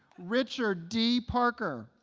richard d. parker